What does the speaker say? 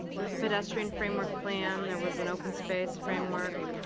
there's a pedestrian framework plan, there was an open space framework.